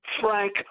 Frank